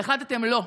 והחלטתם: לא,